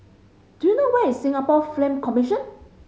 do you know where is Singapore Film Commission